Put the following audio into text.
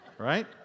right